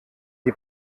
die